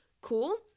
Cool